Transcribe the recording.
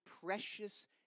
precious